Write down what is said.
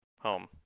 home